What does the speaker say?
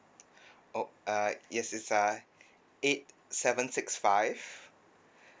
oh uh yes is uh eight seven six five